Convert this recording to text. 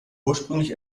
ursprünglich